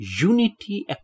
unity